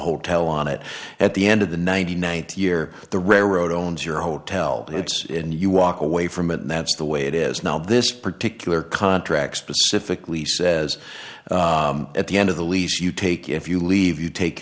hotel on it at the end of the ninety ninety year the railroad owns your hotel and it's in you walk away from it and that's the way it is now this particular contract specifically says at the end of the lease you take if you leave you take